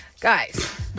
guys